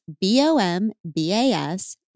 B-O-M-B-A-S